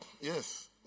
Yes